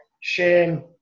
shame